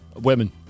Women